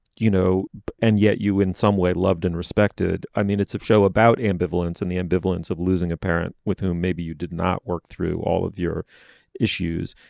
you know and yet you in some way loved and respected. i mean it's a show about ambivalence and the ambivalence of losing a parent with whom maybe you did not work through all of your issues.